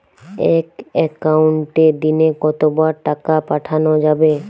এক একাউন্টে দিনে কতবার টাকা পাঠানো যাবে?